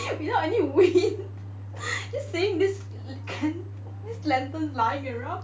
without any wind just seeing this lanterns lying around